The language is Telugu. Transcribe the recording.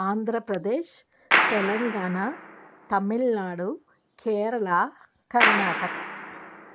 ఆంధ్రప్రదేశ్ తెలంగాణ తమిళనాడు కేరళ కర్ణాటక